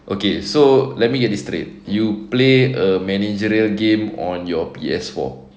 okay so let me get this straight you play a managerial game on your P_S four